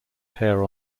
hair